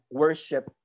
worship